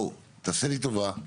תעשה לי טובה,